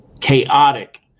chaotic